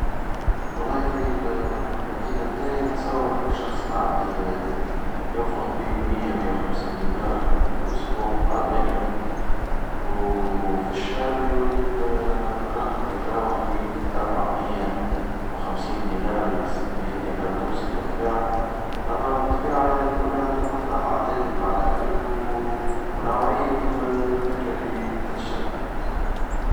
والله في المدينة متاعي نتصور إنو الشخص العادي ينفق بين مية مية وخمسين دينار في الأسبوع على الماكلة وفي الشهر يولي الرقم يتراوح بين أربعمية وخمسين دينار لستمية دينار تونسي بالطبيعة أما بالطبيعة الكل يعتمد على العادات متاع الأكل ونوعية الماكلة اللي تتشرى.